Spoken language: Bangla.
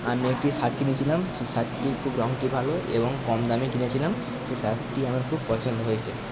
আমি একটি শার্ট কিনেছিলাম সেই শার্টটির খুব রঙটি ভালো এবং কম দামে কিনেছিলাম সেই শার্টটি আমার খুব পছন্দ হয়েছে